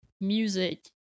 music